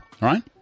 Right